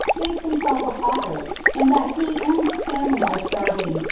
thinks himself a pauper and that he and his family are starving,